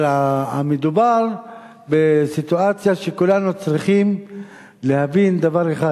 אבל המדובר בסיטואציה שכולנו צריכים להבין דבר אחד: